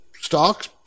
stocks